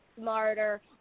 smarter